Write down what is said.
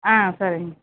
ஆ சரிங்க